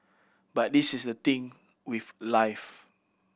but this is the thing with life